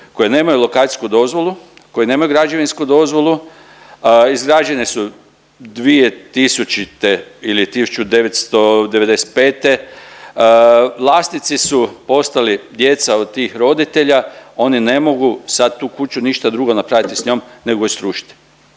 koje nemaju lokacijsku dozvolu, koje nemaju građevinsku dozvolu, izgrađene su 2000. ili 1995., vlasnici su postali djeca od tih roditelja, oni ne mogu sad tu kuću ništa drugo napraviti s njom, nego se srušiti.